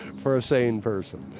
for a sane person!